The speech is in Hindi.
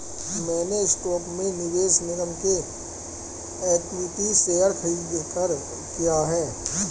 मैंने स्टॉक में निवेश निगम के इक्विटी शेयर खरीदकर किया है